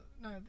no